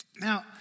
Now